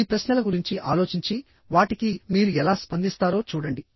ఈ ప్రశ్నల గురించి ఆలోచించి వాటికి మీరు ఎలా స్పందిస్తారో చూడండి